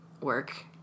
work